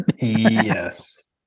Yes